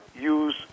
use